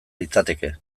litzateke